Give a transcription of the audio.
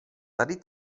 tady